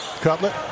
Cutlet